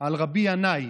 על רבי ינאי,